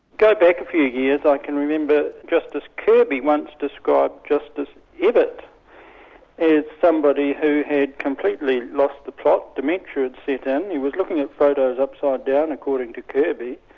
go back a few years, i can remember justice kirby once described justice evatt as somebody who had completely lost the plot, dementia had set in, he was looking at photos upside down, according to kirby,